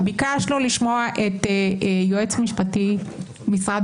ביקשנו לשמוע את היועץ המשפטי של משרד